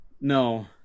No